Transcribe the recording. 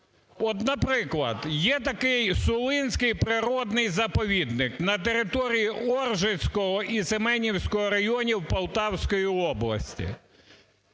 наприклад, є такий Сулинський природний заповідник на території Оржицького і Семенівського районів Полтавської області.